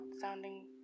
sounding